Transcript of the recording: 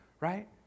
Right